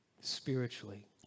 spiritually